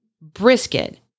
brisket